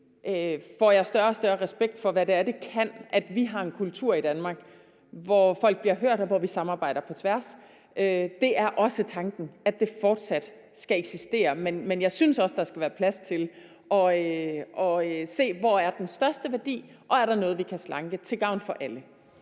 får jeg større og større respekt for, hvad det er, det kan, at vi har en kultur i Danmark, hvor folk bliver hørt, og hvor vi samarbejder på tværs. Det er også tanken, at det fortsat skal eksistere, men jeg synes også, der skal være plads til at se på, hvor den største værdi er, og om der er noget, vi kan slanke, til gavn for alle.